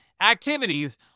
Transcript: activities